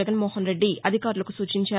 జగన్ మోహన్ రెడ్డి అధికారులకు సూచించారు